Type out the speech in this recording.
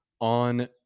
On